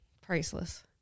Priceless